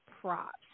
props